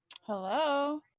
Hello